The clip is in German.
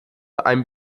ein